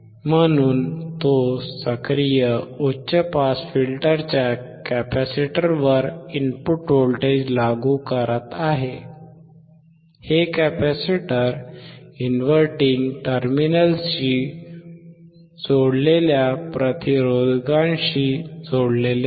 म्हणून तो सक्रिय उच्च पास फिल्टरच्या कॅपेसिटरवर इनपुट व्होल्टेज लागू करत आहे हे कॅपेसिटर इन्व्हर्टिंग टर्मिनलशी जोडलेल्या प्रतिरोधकांशी जोडलेले आहे